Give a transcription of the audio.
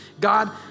God